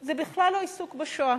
זה בכלל לא עיסוק בשואה.